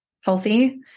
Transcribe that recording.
healthy